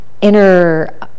inner